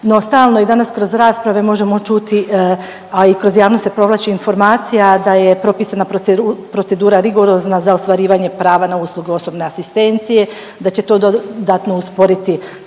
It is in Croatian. No stalno i danas kroz rasprave možemo čuti, a i kroz javnost se provlači informacija da je propisana procedura rigorozna za ostvarivanje prava na usluge osobne asistencije, da će to dodatno usporiti